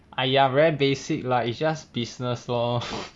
!aiya! very basic lah it's just business lor